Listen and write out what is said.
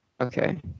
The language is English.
Okay